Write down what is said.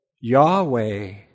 Yahweh